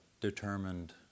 determined